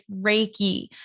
Reiki